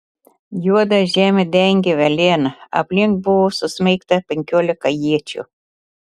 juodą žemę dengė velėna aplink buvo susmeigta penkiolika iečių